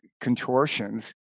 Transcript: contortions